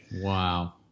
Wow